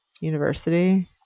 university